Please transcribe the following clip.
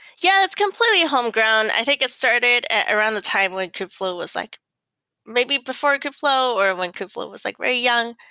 yeah, it's completely homegrown. i think it started around the time when kubfl ow was like maybe before kubfl ow or when kubfl ow was like very young.